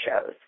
shows